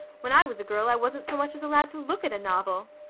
when i was a girl i wasn't so much as allowed to look at a novel.